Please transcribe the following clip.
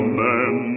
man